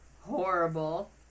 horrible